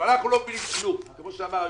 אנחנו לא מבינים כלום, כמו שאמר היושב-ראש.